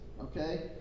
Okay